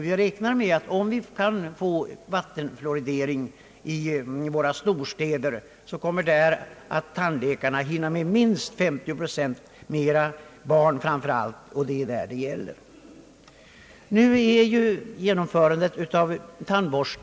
Vi räknar med att om vattenfluoridering i våra storstäder genomföres kommer tandläkarna där att hinna med minst 50 procent ytterligare individer när det gäller barntandvården, det viktigaste i detta sammanhang.